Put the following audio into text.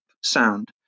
sound